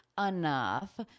enough